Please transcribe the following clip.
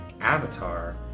Avatar